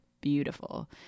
beautiful